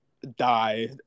die